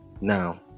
Now